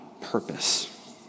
purpose